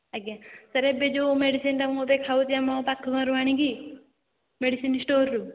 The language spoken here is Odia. ଆଜ୍ଞା ସାର୍ ଏବେ ଯେଉଁ ମେଡ଼ିସିନ୍ଟା ମୁଁ ଏବେ ଖାଉଛି ଆମ ପାଖ ଗାଁରୁ ଆଣିକି ମେଡ଼ିସିନ୍ ଷ୍ଟୋର୍ରୁ